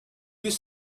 used